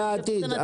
יפה, זה העתיד.